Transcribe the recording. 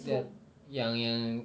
that yang yang